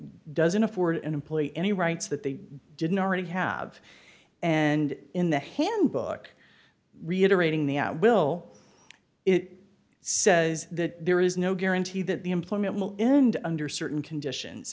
doesn't afford an employee any rights that they didn't already have and in the handbook reiterating the at will it says that there is no guarantee that the employment will end under certain conditions